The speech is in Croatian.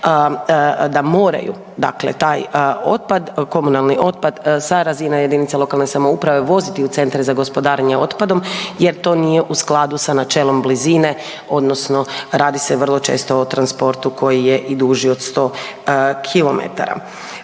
da moraju dakle taj otpad, komunalni otpad sa razine JLS-ove voziti u centre za gospodarenje otpadom jer to nije u skladu sa načelom blizine odnosno radi se vrlo često o transportu koji je i duži od 100 kilometara.